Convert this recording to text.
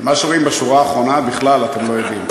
מה שרואים בשורה האחרונה אתם בכלל לא יודעים.